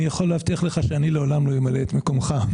אני יכול להבטיח לך שאני לעולם לא אמלא את מקומך,